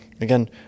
again